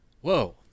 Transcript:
Whoa